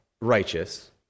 righteous